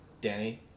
Danny